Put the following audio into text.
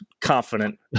confident